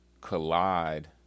Collide